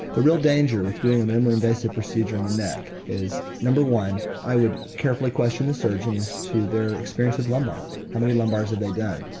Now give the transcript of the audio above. the real danger with doing a minimally invasive procedure in the neck is, number one, i would carefully question the surgeon as to their experience with lumbar. how many lumbars have they done?